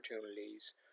opportunities